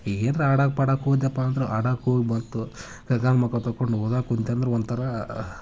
ಏನರ ಆಡಾಕೆ ಪಾಡಾಕೆ ಹೋದೆಯಪ್ಪಾ ಅಂದ್ರೆ ಆಡಾಕೆ ಹೋಗಿ ಬಂತು ಕೈಕಾಲು ಮುಖ ತೊಕ್ಕೊಂಡು ಓದಾಕೆ ಕುಂತ್ಯಂಡ್ರೆ ಒಂಥರ